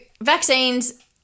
vaccines